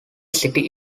city